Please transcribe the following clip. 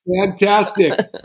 Fantastic